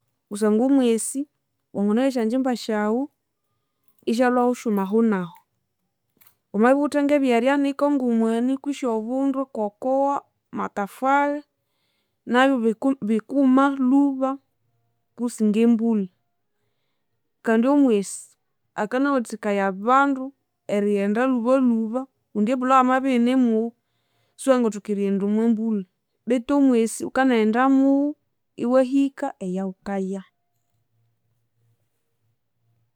Kusangwa omwisi wanginoya esyangyimba syawu isyalwahu syuma ahunahu. Wamabya wuwithe ngebyerianika ngomwani kwisi obundu, cocoa, matafali, nabyu biku bikuma lhuba kusinga embulha. Kandi omwisi akanawathikaya abandu erighenda lhuba lhuba kundi embulha yamabya iyinemuwa, siwangathoka erighenda omwambulha betu omwisi wukanaghenda muwu iwahika eyawukaya